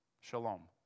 shalom